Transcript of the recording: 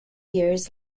years